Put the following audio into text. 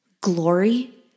glory